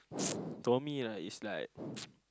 to me lah is like